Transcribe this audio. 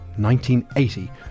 1980